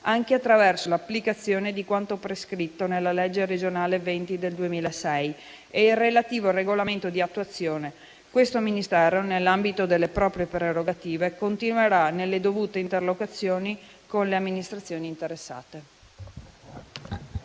anche attraverso l'applicazione di quanto prescritto nella legge regionale n. 20 del 2006 e il relativo regolamento di attuazione, questo Ministero nell'ambito delle proprie prerogative continuerà nelle dovute interlocuzioni con le amministrazioni interessate.